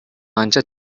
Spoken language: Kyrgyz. анча